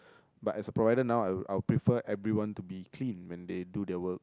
but as a provider now I will I will prefer everyone to be clean when they do their work